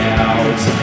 out